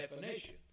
definition